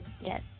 Yes